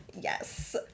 Yes